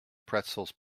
pretzels